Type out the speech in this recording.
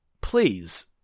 please